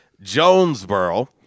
Jonesboro